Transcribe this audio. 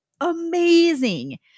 amazing